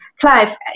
Clive